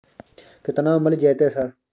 केतना मिल जेतै सर?